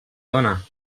dona